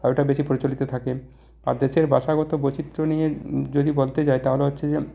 আর ওটা বেশি প্রচলিত থাকে আর দেশের ভাষাগত বৈচিত্র্য নিয়ে যদি বলতে যাই তাহলে হচ্ছে যে